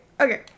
okay